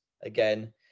again